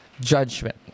judgment